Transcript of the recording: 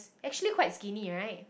actually quite skinny right